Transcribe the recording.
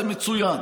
זה מצוין,